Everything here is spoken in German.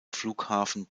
flughafen